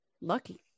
lucky